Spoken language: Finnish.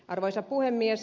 arvoisa puhemies